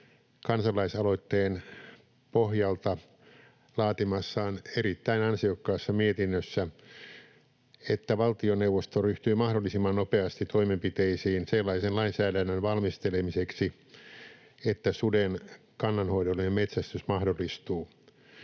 kansalaisaloitteen pohjalta laatimassaan erittäin ansiokkaassa mietinnössä, että valtioneuvosto ryhtyy mahdollisimman nopeasti toimenpiteisiin sellaisen lainsäädännön valmistelemiseksi, että suden kannanhoidollinen metsästys mahdollistuu.